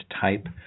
type